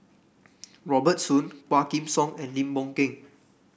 Robert Soon Quah Kim Song and Lim Boon Keng